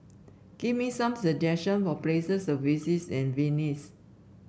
give me some suggestion for places to visit in Vilnius